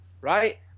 right